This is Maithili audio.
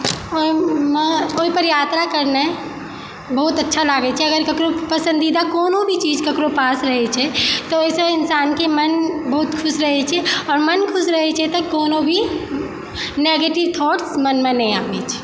ओहि पर यात्रा करनाइ बहुत अच्छा लागै छै अगर ककरो पसन्दीदा कोनो भी चीज केकरो पास रहै छै तऽ ओहिसँ इन्सानके मन बहुत खुश रहै छै आओर मन खुश रहै छै तऽ कोनो भी नेगेटिव थाउट्स मनमे नहि आबैत छै